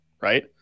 right